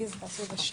(2)(4)